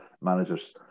managers